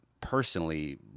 personally